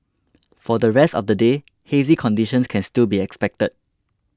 for the rest of the day hazy conditions can still be expected